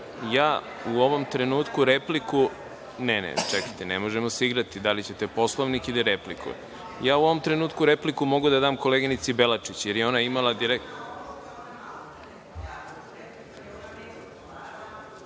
je ona meni rekla.)Ne, čekajte, ne možemo da se igrati, da li ćete Poslovnik ili repliku. Ja u ovom trenutku repliku mogu da dam koleginici Belačić, jer je ona imala direktno